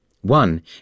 One